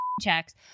checks